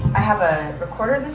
have a recorder this